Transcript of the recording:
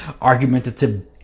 argumentative